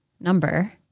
number